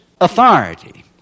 authority